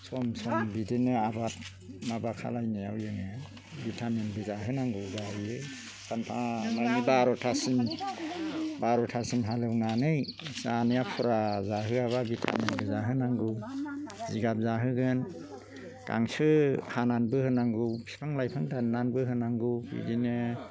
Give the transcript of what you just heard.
सम सम बिदिनो आबाद माबा खालामनायाव जोङो बिटामिनबो जाहोनांगौ जाहैयो सानफा मानि बार'थासिम बार'थासिम हालेवनानै जानाया फुरा जाहोआबा बिटामिनबो जाहोनांगौ जिगाब जाहोगोन गांसो हानानैबो होनांगौ बिफां लाइफां दाननानैबो होनांगौ बिदिनो